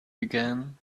began